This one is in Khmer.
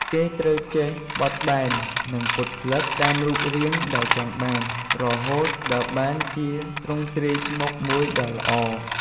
គេត្រូវចេះ បត់បែន និងពត់ស្លឹក តាមរូបរាងដែលចង់បាន រហូតដល់បានជាទ្រង់ទ្រាយស្មុកមួយដ៏ល្អ។